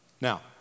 Now